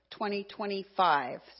2025